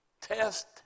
test